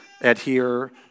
adhere